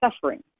suffering